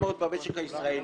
במשק הישראלי: